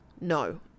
no